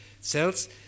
cells